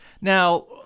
Now